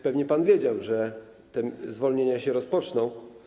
Pewnie pan wiedział, że te zwolnienia się rozpoczną.